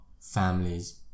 families